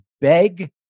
beg